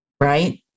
right